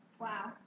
Wow